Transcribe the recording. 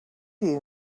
you